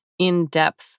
in-depth